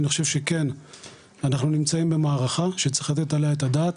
אני חושב שכן אנחנו נמצאים במערכה שצריך לתת עליה את הדעת